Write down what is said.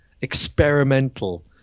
experimental